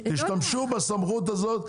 תשתמשו בסמכות הזו,